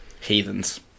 heathens